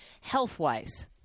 Health-wise